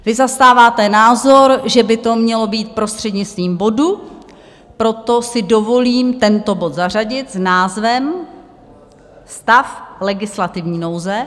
Vy zastáváte názor, že by to mělo být prostřednictvím bodu, proto si dovolím tento bod zařadit s názvem Stav legislativní nouze.